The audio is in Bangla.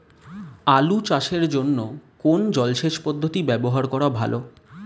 আলু চাষের জন্য কোন জলসেচ পদ্ধতি ব্যবহার করা ভালো?